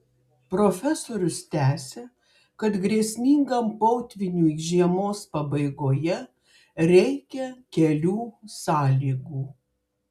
profesorius tęsia kad grėsmingam potvyniui žiemos pabaigoje reikia kelių sąlygų